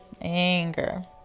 anger